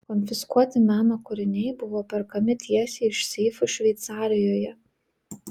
konfiskuoti meno kūriniai buvo perkami tiesiai iš seifų šveicarijoje